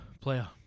player